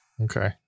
Okay